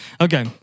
Okay